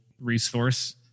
resource